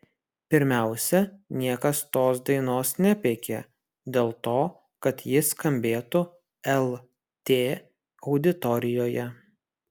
pirmiausia niekas tos dainos nepeikė dėl to kad ji skambėtų lt auditorijoje